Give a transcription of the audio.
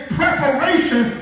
preparation